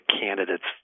candidates